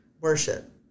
worship